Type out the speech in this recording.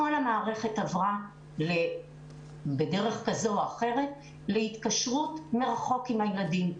כל המערכת עברה בדרך כזו או אחרת להתקשרות מרחוק עם הילדים.